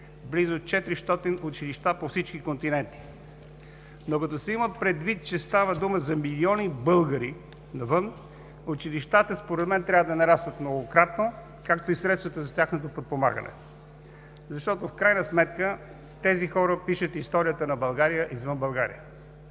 близо 400 училища по всички континенти. Но като се има предвид, че става дума за милиони българи навън, училищата според мен трябва да нараснат многократно, както и средствата за тяхното подпомагане, защото в крайна сметка тези хора пишат историята на България извън България.